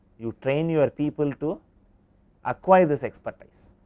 you train your people to acquires this expertise.